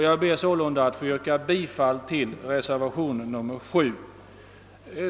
Jag ber sålunda att få yrka bifall till reservation nr 7.